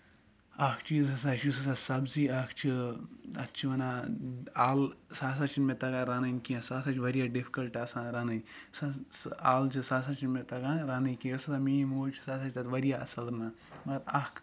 اکھ چیٖز ہسا چھُ یُس ہسا سَبزی اکھ چھِ تَتھ چھِ وَنان اَلہٕ سُہ ہسا چھِنہٕ مےٚ تَگان رَنٕنۍ کیٚنٛہہ سہ ہسا چھِ واریاہ ڈِفِکَلٹ آسان رَنٕنۍ اَلہٕ چھِ سُہ ہسا چھِ مےٚ تَگان رَنٕنۍ کیٚنٛہہ یُس ہسا میٲنۍ موج چھِ سُہ ہسا چھِ تَتھ واریاہ اَصٕل رَنان اکھ